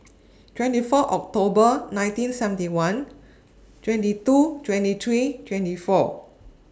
twenty four October nineteen seventy one twenty two twenty three twenty four